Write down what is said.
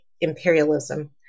imperialism